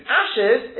ashes